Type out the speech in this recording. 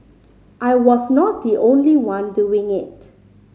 I was not the only one doing it